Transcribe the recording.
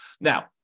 Now